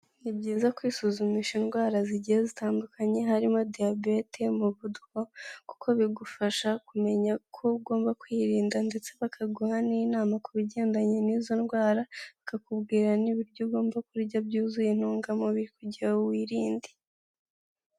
Ni byiza kwisuzumisha indwara zigiye zitandukanye harimo diyabete, umuvuduko kuko bigufasha kumenya ko ugomba kwirinda ndetse bakaguha n'inama ku bigendanye n'izo ndwara bakakubwira n'ibiryo ugomba kurya byuzuye intungamubiri kugira wirinde.